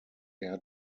air